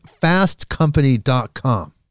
fastcompany.com